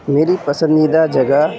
میری پسندیدہ جگہ